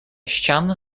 ścian